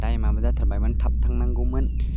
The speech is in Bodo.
टाइमआबो जाथारबायमोन थाब थांनांगौमोन